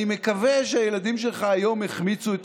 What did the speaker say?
אני מקווה שהילדים שלך היום החמיצו את